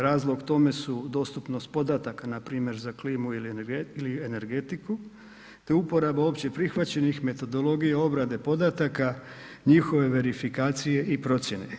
Razlog tome su dostupnost podataka npr. za klimu ili energetiku te uporaba opće prihvaćenih metodologija obrade podataka, njihove verifikacije i procjene.